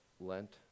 Lent